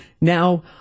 Now